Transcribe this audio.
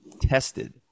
tested